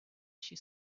she